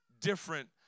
different